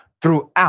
throughout